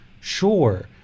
sure